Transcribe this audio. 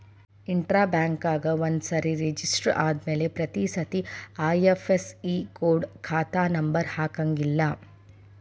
intra ಬ್ಯಾಂಕ್ನ್ಯಾಗ ಒಂದ್ಸರೆ register ಆದ್ಮ್ಯಾಲೆ ಪ್ರತಿಸಲ ಐ.ಎಫ್.ಎಸ್.ಇ ಕೊಡ ಖಾತಾ ನಂಬರ ಹಾಕಂಗಿಲ್ಲಾ